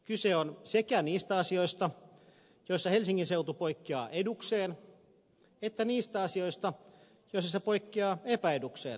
kyse on sekä niistä asioista joissa helsingin seutu poikkeaa edukseen että niistä asioista joissa se poikkeaa epäedukseen muusta suomesta